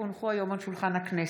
כי הונחו היום על שולחן הכנסת,